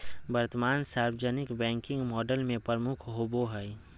वर्तमान सार्वजनिक banking model में प्रमुख होबो हइ